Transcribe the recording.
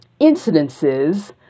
incidences